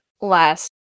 last